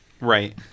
Right